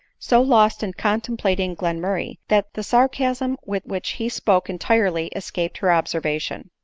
so lost in contemplating glenmurray, that the sarcasm with which he spoke entirely escaped her observation.